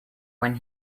when